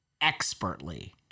expertly